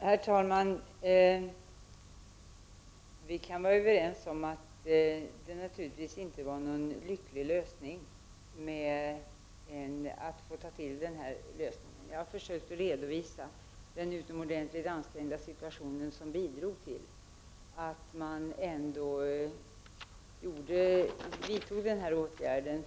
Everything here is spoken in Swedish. Herr talman! Vi kan vara överens om att det naturligtvis inte var en lycklig lösning i det här fallet. Jag har försökt att redovisa den utomordentligt ansträngda situation som bidrog till att man vidtog den här åtgärden.